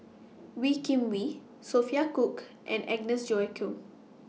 Wee Kim Wee Sophia Cooke and Agnes Joaquim